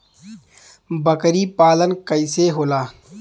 बकरी पालन कैसे होला?